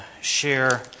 share